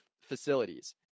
facilities